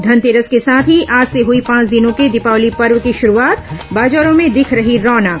धनतेरस के साथ ही आज से हई पांच दिनों के दीपावली पर्व की शुरूआत बाजारों में दिख रही रौनक